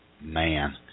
Man